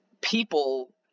people